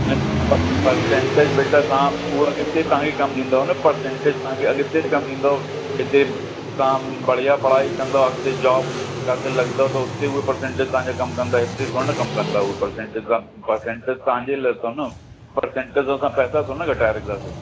न प पर्सेंटेज बेटा तां उअ अॻिते तांखे कम ईंदव न पर्सेंटेज तांखे अॻिते कम ईंदव हिते तव्हां बढ़िया पढ़ाई कंदव अॻिते जॉब काथे लॻदव त उते उअ पर्सेंटेज तांजा कम कंदव हिते थोरे न कम कंदा हूअ पर्सेंटेज पर्सेंटेज तव्हांजे लाइ अथव न पर्सेंटेज ते असां पैसा थोरे न घटाए रखदासीं